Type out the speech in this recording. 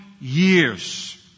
years